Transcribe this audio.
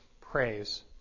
praise